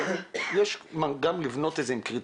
אבל גם לבנות את זה עם קריטריונים